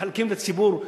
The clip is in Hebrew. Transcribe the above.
ומחלקים לציבור,